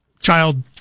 child